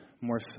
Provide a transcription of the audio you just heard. more